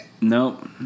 Nope